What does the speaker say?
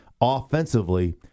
offensively